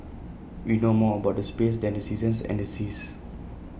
we know more about the space than the seasons and the seas